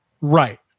right